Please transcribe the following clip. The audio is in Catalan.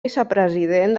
vicepresident